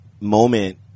moment